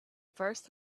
first